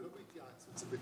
זה לא בהתייעצות, זה בתיאום.